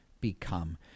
become